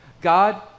God